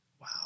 wow